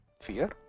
fear